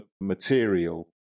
material